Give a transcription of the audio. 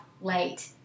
late